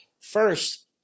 first